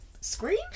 Scream